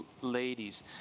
ladies